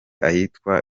ahitwa